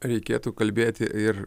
reikėtų kalbėti ir